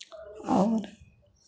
और